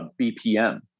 bpm